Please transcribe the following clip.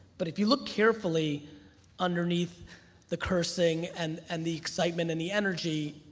but if you look carefully underneath the cursing, and and the excitement and the energy,